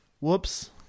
Whoops